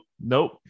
nope